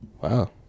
wow